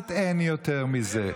אחת אין יותר מזה.